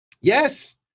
Yes